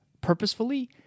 purposefully